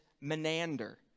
Menander